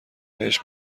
بهش